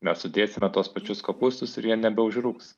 mes sudėsime tuos pačius kopūstus ir jie nebeužrūgs